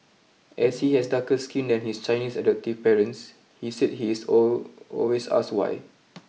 as he has darker skin than his Chinese adoptive parents he said he is always asked why